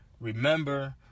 remember